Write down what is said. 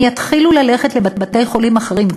הם יתחילו ללכת לבתי-חולים אחרים,